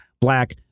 black